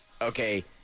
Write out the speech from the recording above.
okay